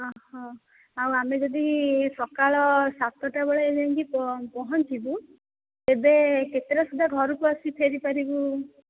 ଆଉ ଆମେ ଯଦି ସକାଳ ସାତଟାବେଳେ ଯାଇକି ପହଞ୍ଚିବୁ ତେବେ କେତେଟା ସୁଧା ଘରକୁ ଆସି ଫେରିପାରିବୁ